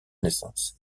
naissance